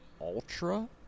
Ultra